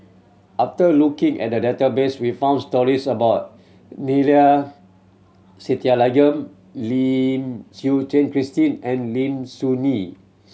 after looking at the database we found stories about Neila Sathyalingam Lim Suchen Christine and Lim Soo Ngee